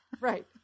Right